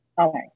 Okay